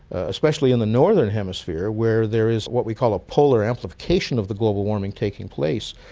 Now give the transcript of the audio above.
especially in the northern hemisphere where there is what we call a polar amplification of the global warming taking place,